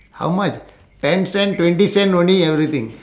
how much ten cent twenty cent only everything